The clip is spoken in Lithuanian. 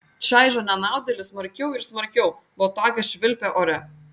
čaižo nenaudėlį smarkiau ir smarkiau botagas švilpia ore